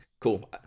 cool